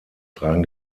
tragen